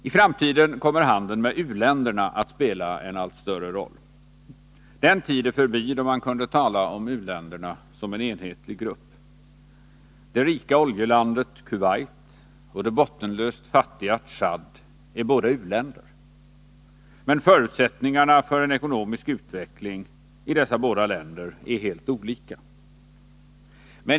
I framtiden kommer handeln med u-länderna att spela en allt större roll. Den tid är förbi då man kunde tala om u-länderna som en enhetlig grupp. Det rika oljelandet Kuwait och det bottenlöst fattiga Tchad är båda u-länder. Men förutsättningarna för en ekonomisk utveckling i dessa båda länder är helt olika.